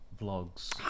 vlogs